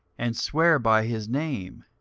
and swear by his name.